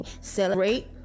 Celebrate